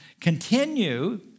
continue